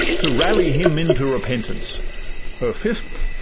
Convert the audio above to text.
to rally him into repentance her fifth,